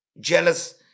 jealous